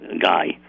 guy